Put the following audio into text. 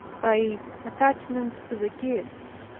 by attachments to the gifts.